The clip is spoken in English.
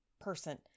person